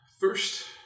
First